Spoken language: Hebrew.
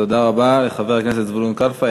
תודה רבה לחבר הכנסת זבולון קלפה.